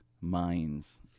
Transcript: minds